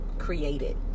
Created